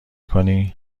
کنی